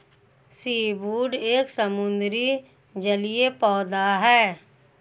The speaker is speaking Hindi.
सीवूड एक समुद्री जलीय पौधा है